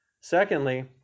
Secondly